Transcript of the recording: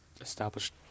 Established